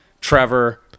Trevor